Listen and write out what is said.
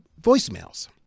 voicemails